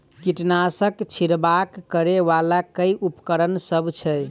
कीटनासक छिरकाब करै वला केँ उपकरण सब छै?